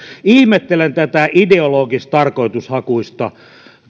ihmettelen tätä ideologistarkoitushakuista